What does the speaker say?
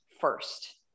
first